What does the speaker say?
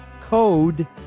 Code